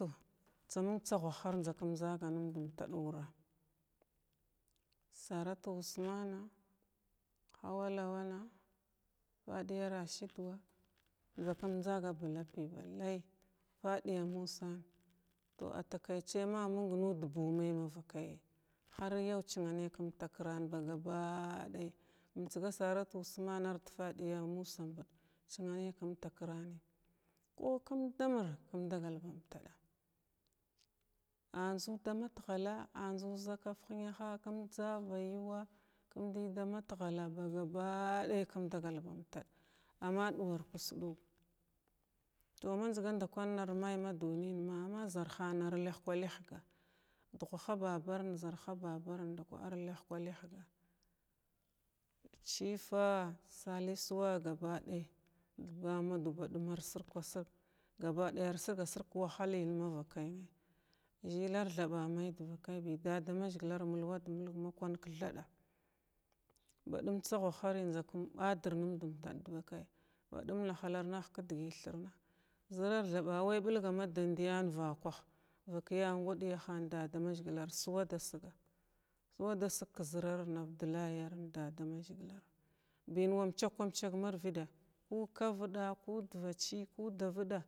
Njzaəy tsaghwa har njzakum njzaga numba umtaɗ wura saratu usmana, hauwa lwana, faɗiya rashiduwa njzokum njzaga ba lapi ba lay foɗiya musa tow ataka chay ma məng nuda buu məy ma vakayyəy har yau chinanay kumtakiran ba gaba ɗay umtsga saratu usmana ard faɗiya musən thaɓ chinanay kumfakirani ko kumdamir kum dapal numtəa anjzu damdghala anjzu zakaf hənaha kum jzava yuwa kum dəydamatghalla baga ɗay kum dagal bumtaɗa amma ɗuwarkus ɗiga tow ma njzaga nɗakwana ar may ma dunənma amma zarhana ar luhka-luhkga duhaha babarən yarhaɓabarən ndakəy ar luhka-luhkga shifara, salisuwa gaba ɗay da ba modu badum ar surkwa sirga gaba ɗay ar sirga-sirg ku wahaləy nay mavakay nay zəlar thaɓa may dvakaybi dadamazəgilar mulwad mulgwa ma kwan ka thaɗa baɗum tsaghwahari njza kum badir munda umtaɗ dvakay baɗum nahakrnahg kadgəy thirna zəra thaɓa wəy ɓəlga ma ɗandiyan vakwa vakyanguɗiyahan ɗadamazəgilar suwadasigo suwada sig ka zərarna abdullahy yar dadamazəgilar bin wa umchawkkum- umchwak marvɗa ku kavɗa, ku dcachi, tu davɗa.